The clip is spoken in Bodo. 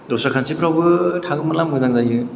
दस्रा कानत्रिफ्रावबो थांनो मोनब्ला मोजां जायो